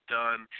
done